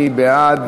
מי בעד?